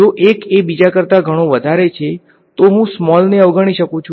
જો એક એ બીજા કરતા ઘણો વધારે છે તો હું સ્મોલને અવગણી શકું છું